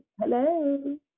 hello